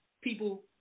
people –